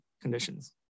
conditions